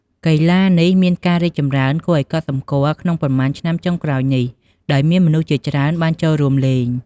កីឡានេះមានការរីកចម្រើនគួរឲ្យកត់សម្គាល់ក្នុងប៉ុន្មានឆ្នាំចុងក្រោយនេះ ដោយមានមនុស្សជាច្រើនបានចូលរួមលេង។